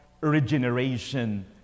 regeneration